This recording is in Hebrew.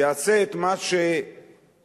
יעשה את מה שנעשה.